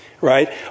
Right